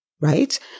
Right